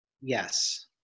Yes